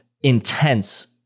intense